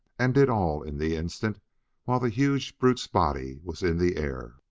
and did all in the instant while the huge brute's body was in the air.